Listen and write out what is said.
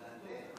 כן.